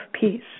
peace